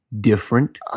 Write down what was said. different